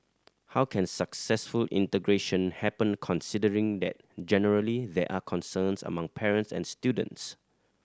how can successful integration happen considering that generally there are concerns among parents and students